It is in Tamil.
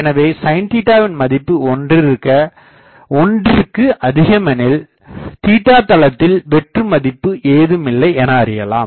என்வே sin வின் மதிப்பு 1றிக்கு அதிகமெனில் தளத்தில் வெற்று மதிப்பு ஏதுமில்லை என அறியலாம்